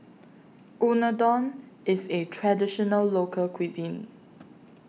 Unadon IS A Traditional Local Cuisine